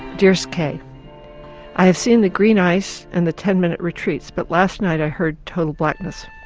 dearest kay i have seen the green ice and the ten minute retreats but last night i heard total blackness.